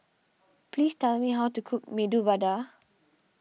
please tell me how to cook Medu Vada